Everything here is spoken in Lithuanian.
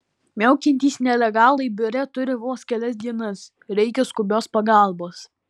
miaukiantys nelegalai biure turi vos kelias dienas reikia skubios pagalbos